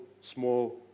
small